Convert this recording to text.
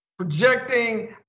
Projecting